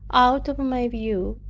out of my view,